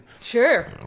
sure